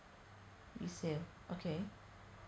resale okay